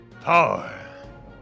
power